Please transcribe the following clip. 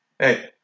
Hey